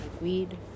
Weed